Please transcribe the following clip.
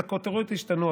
אז הכותרות השתנו,